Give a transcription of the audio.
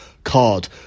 Card